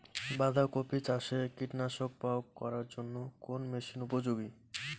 বাঁধা কপি চাষে কীটনাশক প্রয়োগ করার জন্য কোন মেশিন উপযোগী?